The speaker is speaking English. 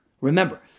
Remember